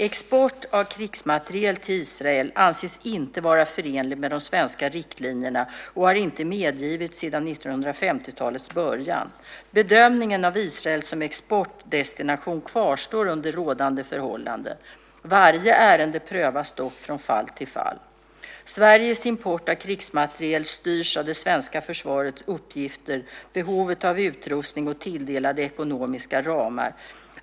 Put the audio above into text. Export av krigsmateriel till Israel anses inte vara förenlig med de svenska riktlinjerna och har inte medgivits sedan 1950-talets början. Bedömningen av Israel som exportdestination kvarstår under rådande förhållanden. Varje ärende prövas dock från fall till fall. Sveriges import av krigsmateriel styrs av det svenska försvarets uppgifter, behovet av utrustning och tilldelade ekonomiska ramar.